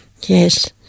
Yes